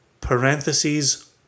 parentheses